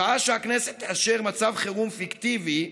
שעה שהכנסת תאשר מצב חירום פיקטיבי,